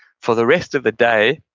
for the rest of the day,